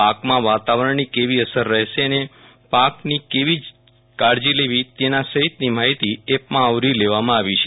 પાકમાં વાતારવણની કેવી અસર રહેશે અને પાકીન કેવી કાળજી લેવી તેના સહિતની માહિતી એપમાં આવરી લેવામાં આવી છે